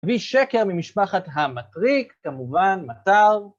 תביאי שקר ממשפחת המטריק, כמובן, מטר.